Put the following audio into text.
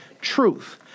truth